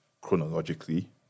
chronologically